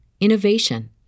innovation